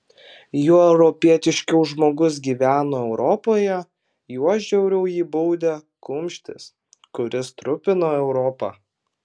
juo europietiškiau žmogus gyveno europoje juo žiauriau jį baudė kumštis kuris trupino europą